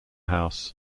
house